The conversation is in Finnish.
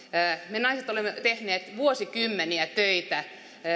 me naiset olemme tehneet vuosikymmeniä töitä